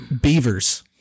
beavers